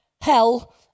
hell